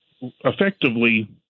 effectively